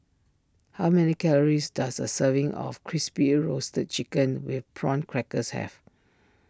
how many calories does a serving of Crispy Roasted Chicken with Prawn Crackers have